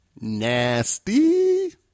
Nasty